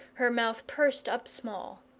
her mouth pursed up small.